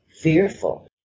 fearful